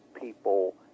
people